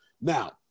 Now